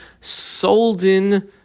soldin